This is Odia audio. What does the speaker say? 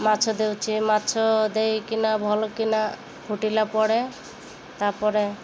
ମାଛ ଦେଉଛି ମାଛ ଦେଇକିନା ଭଲ କିିନା ଫୁଟିଲା ପରେ ତା'ପରେ